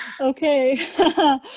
okay